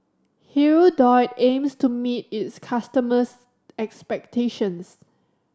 Hirudoid aims to meet its customers' expectations